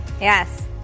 Yes